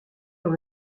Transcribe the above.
dans